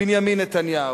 בנימין נתניהו: